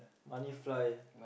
money fly